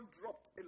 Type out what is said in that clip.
dropped